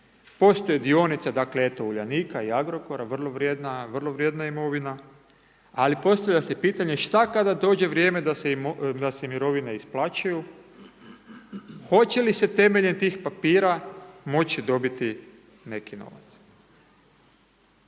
postoje dionice dakle eto Uljanika i Agrokora, vrlo vrijedna imovina, ali postavlja se pitanje šta kada dođe vrijeme da se mirovine isplaćuju, hoće li se temeljem tih papira moći dobiti neki novac.